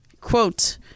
quote